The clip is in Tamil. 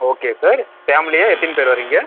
ஓகே சார் ஃபேமிலியா எத்தைனி பேர் வரீங்க